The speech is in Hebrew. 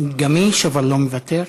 גמיש אבל לא מוותר.